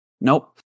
Nope